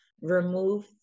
remove